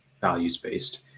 values-based